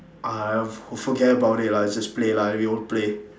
uh for~ forget about it lah just play lah they all play